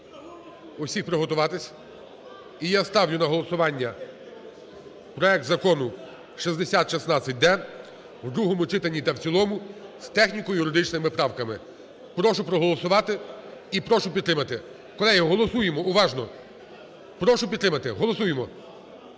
усіх приготуватися. І я ставлю на голосування проект Закону 6016-д в другому читанні та в цілому з техніко-юридичними правками. Прошу проголосувати прошу підтримати. Колеги, голосуємо, уважно. Прошу підтримати. Голосуємо.